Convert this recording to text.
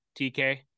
tk